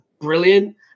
brilliant